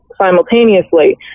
simultaneously